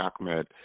Ahmed